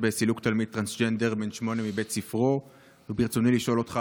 תלמיד טרנסג'נדר בן שמונה מבית הספר